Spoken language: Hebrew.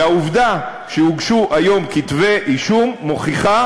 והעובדה שהוגשו היום כתבי-אישום מוכיחה